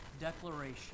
declaration